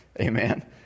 Amen